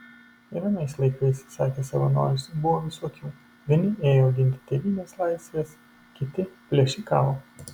ir anais laikais sakė savanoris buvo visokių vieni ėjo ginti tėvynės laisvės kiti plėšikavo